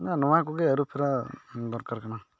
ᱱᱚᱣᱟ ᱠᱚᱜᱮ ᱟᱨᱩᱯᱷᱮᱨᱟᱣ ᱫᱚᱨᱠᱟᱨ ᱠᱟᱱᱟ